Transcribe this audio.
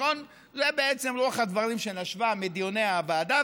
זו בעצם רוח הדברים שנשבה מדיוני הוועדה,